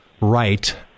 right